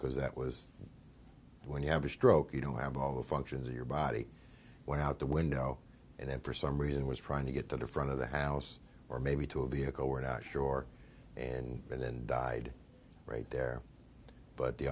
because that was when you have a stroke you don't have all the functions of your body went out the window and then for some reason was trying to get to the front of the house or maybe to a vehicle we're not sure and then died right there but the